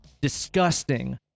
disgusting